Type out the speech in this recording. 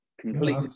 Complete